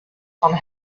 von